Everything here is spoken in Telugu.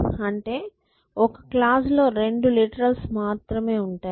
అంటే ఒక క్లాజ్ లో రెండు లిటరల్ లు మాత్రమే ఉంటాయి